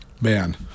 Man